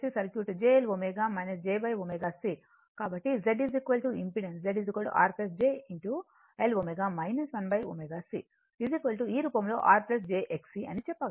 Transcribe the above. కాబట్టి Z impedance Z R j L ω 1ω C ఈ రూపంలో R jX అని చెప్పగలం